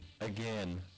again